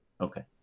Okay